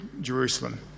jerusalem